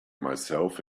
myself